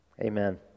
amen